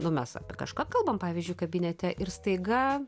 nu mes apie kažką kalbam pavyzdžiui kabinete ir staiga